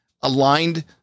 aligned